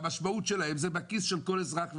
והמשמעות שלו מתבטאת בכיס של כל אזרח ואזרח.